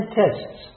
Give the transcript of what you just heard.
tests